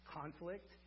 Conflict